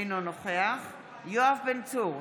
אינו נוכח איתמר בן גביר, אינו נוכח יואב בן צור,